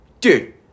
dude